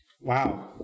wow